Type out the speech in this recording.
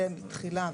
זה תחילה,